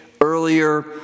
earlier